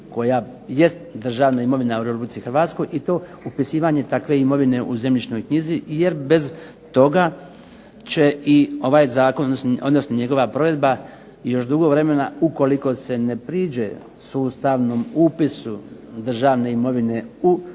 koja jest državna imovina u RH i to upisivanje takve imovine u zemljišnoj knjizi jer bez toga će i ovaj zakon, odnosno njegova provedba još dugo vremena ukoliko se ne priđe sustavnom upisu državne imovine kao